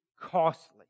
costly